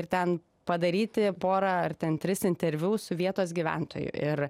ir ten padaryti porą ar ten tris interviu su vietos gyventoju ir